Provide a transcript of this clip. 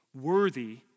worthy